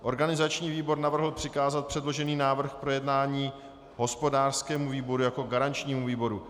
Organizační výbor navrhl přikázat předložený návrh k projednání hospodářskému výboru jako garančnímu výboru.